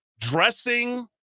Dressing